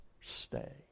stay